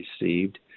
received